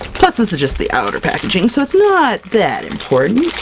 plus this is just the outer packaging, so it's not that important.